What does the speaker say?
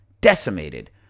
decimated